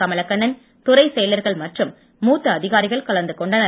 கமலக்கண்ணன் துறைச்செயலர்கள் மற்றும் மூத்த அதிகாரிகள் கலந்துகொண்டனர்